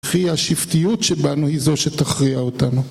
לפי השיפטיות שבנו היא זו שתכריע אותנו.